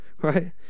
right